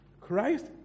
Christ